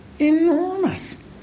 enormous